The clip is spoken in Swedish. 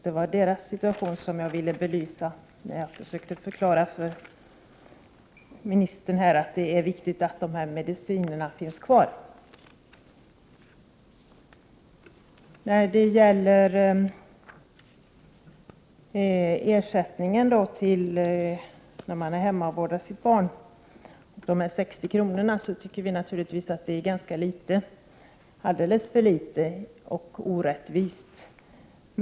Det var deras situation jag ville belysa när jag försökte förklara för statsrådet att det är viktigt att dessa medicinförmåner finns kvar. Ersättningen på 60 kr. till den som är hemma och vårdar sitt barn tycker vi naturligtvis är alldeles för liten och orättvis.